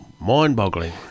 mind-boggling